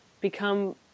become